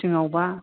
फुथिंयावबा